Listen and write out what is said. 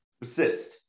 persist